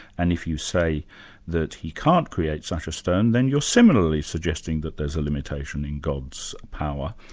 and if you say that he can't create such a stone, then you're similarly suggesting that there's a limitation in god's power,